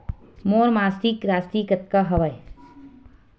मोर मासिक राशि कतका हवय?